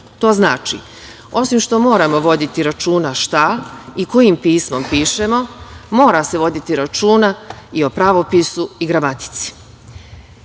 To znači, osim što moramo voditi računa šta i kojim pismom pišemo, mora se voditi računa i o pravopisu i gramatici. Kao